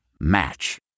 Match